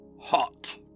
Hot